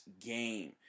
game